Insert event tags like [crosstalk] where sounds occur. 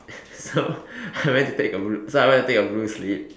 [laughs] so I went to take a blue so I went to take a blue slip